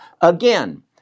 Again